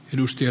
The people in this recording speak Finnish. puhemies